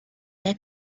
their